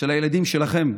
של הילדים שלכם,